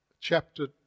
Chapter